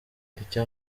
icyo